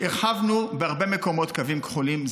הרחבנו בהרבה מקומות קווים כחולים.